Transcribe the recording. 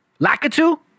Lakitu